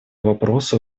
вопросу